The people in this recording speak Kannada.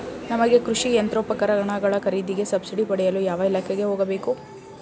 ನಮಗೆ ಕೃಷಿ ಯಂತ್ರೋಪಕರಣಗಳ ಖರೀದಿಗೆ ಸಬ್ಸಿಡಿ ಪಡೆಯಲು ಯಾವ ಇಲಾಖೆಗೆ ಹೋಗಬೇಕು?